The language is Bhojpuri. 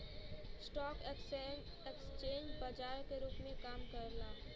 स्टॉक एक्सचेंज बाजार के रूप में काम करला